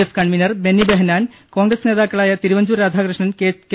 F convenor Benny Behanan Congress നേതാക്കളായ Thiruvanchoor Radhakrishnan K